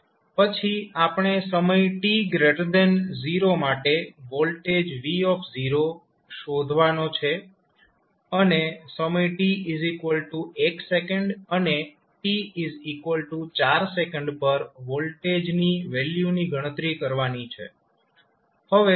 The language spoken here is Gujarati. પછી આપણે સમય t 0 માટે વોલ્ટેજ v શોધવાનો છે અને સમય t 1 સેકન્ડ અને t 4 સેકન્ડ પર વોલ્ટેજની વેલ્યુની ગણતરી કરવાની છે